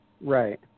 Right